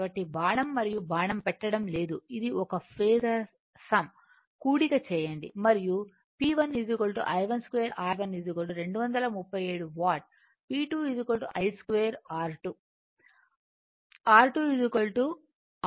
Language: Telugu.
కాబట్టి బాణం మరియు బాణం పెట్టడం లేదు ఇది ఒక ఫేసర్ సమ్ కూడిక చేయండి మరియు P1 I12 R1 237 watt P2 I 2 R2 R2 6 R1 4